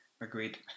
agreed